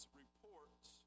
reports